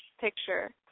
picture